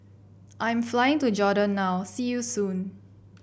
I'm flying to Jordan now see you soon